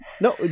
No